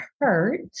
hurt